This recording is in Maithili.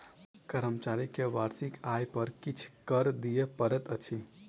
कर्मचारी के वार्षिक आय पर किछ कर दिअ पड़ैत अछि